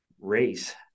race